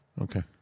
Okay